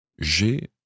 J'ai